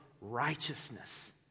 righteousness